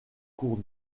cours